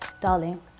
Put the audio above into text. darling